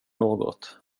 något